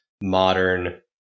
modern